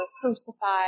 crucified